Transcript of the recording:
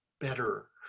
better